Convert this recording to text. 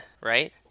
right